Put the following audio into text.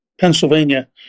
Pennsylvania